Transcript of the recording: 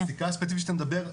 הפסיקה הספציפית שאתה מדבר עליה,